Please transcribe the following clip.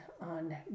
on